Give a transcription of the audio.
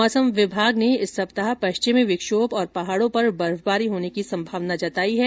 मौसम विभाग ने इस सप्ताह पश्चिमी विक्षोभ और पहाड़ों पर बर्फबारी होने की संभावना जताई है